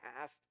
past